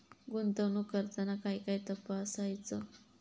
गुंतवणूक करताना काय काय तपासायच?